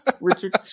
Richard